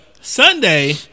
Sunday